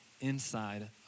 inside